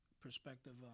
perspective